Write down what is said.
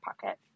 pocket